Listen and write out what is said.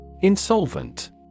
Insolvent